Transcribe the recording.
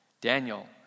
Daniel